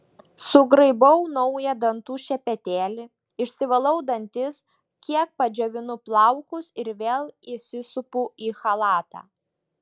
sugraibau naują dantų šepetėlį išsivalau dantis kiek padžiovinu plaukus ir vėl įsisupu į chalatą